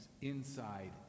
inside